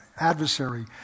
adversary